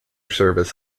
service